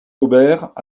aubert